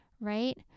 right